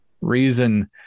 reason